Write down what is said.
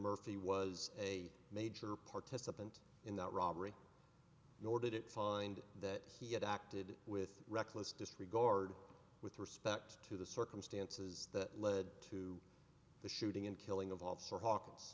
murphy was a major participant in that robbery nor did it find that he had acted with reckless disregard with respect to the circumstances that led to the shooting and killing of officer hawkins